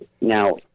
Now